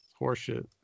Horseshit